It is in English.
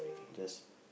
just